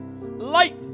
light